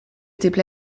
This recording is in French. étaient